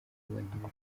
nkenerwa